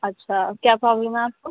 اچھا کیا پرابلم ہے آپ کو